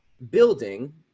building